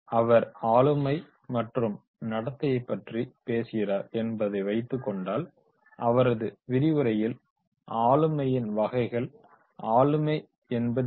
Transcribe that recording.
அவர் ஆளுமை மற்றும் நடத்தைகளைப் பற்றி பேசுகிறார் என்று வைத்துக் கொண்டல் அவரது விரிவுரையில் ஆளுமைகளின் வகைகள் ஆளுமை என்பது என்ன